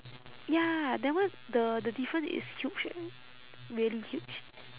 ya that one the the different is huge eh really huge